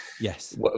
Yes